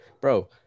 Bro